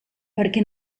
perquè